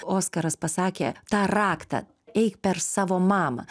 oskaras pasakė tą raktą eik per savo mamą